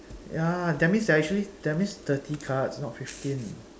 ya that means they're actually that means thirty cards not fifteen